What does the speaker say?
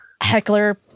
heckler